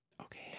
Okay